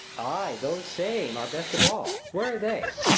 ay, those same are best of all where are they?